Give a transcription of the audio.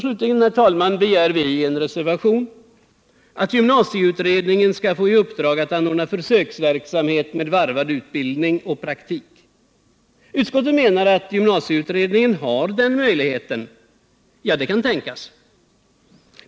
Slutligen, herr talman, begär vi i reservationen 4 att gymnasieutredningen skall få i uppdrag att anordna försöksverksamhet med varvad utbildning och praktik. Utskottet menar att gymnasieutredningen har den möjligheten. Ja, det kan tänkas.